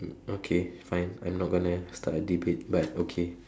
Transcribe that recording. mm okay fine I'm not going to start a debate but okay